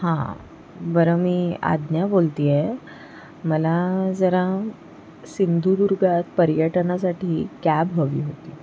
हां बरं मी आज्ञा बोलते आहे मला जरा सिंधुदुर्गात पर्यटनासाठी कॅब हवी होती